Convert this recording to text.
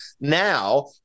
Now